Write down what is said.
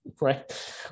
right